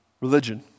religion